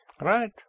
Right